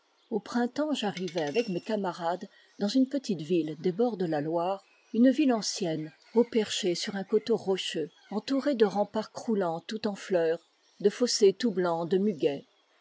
au printemps j'arrivai avec mes camarades dans une petite ville des bords de la loire une ville ancienne haut perchée sur un coteau rocheux entourée de remparts croulans tout en fleurs de fossés tout blancs de muguet